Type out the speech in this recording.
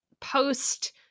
post